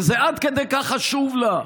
וזה עד כדי כך חשוב לה,